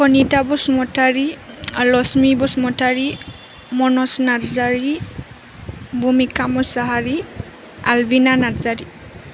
Kanitha Basumatary Laxmi Basumatary Manoj Narzary Bhumika Mushahary Albina Narzary